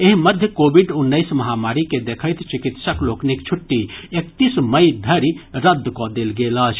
एहि मध्य कोविड उन्नैस महामारी के देखैत चिकित्सक लोकनिक छुट्टी एकतीस मई धरि रद्द कऽ देल गेल अछि